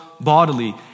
bodily